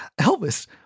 Elvis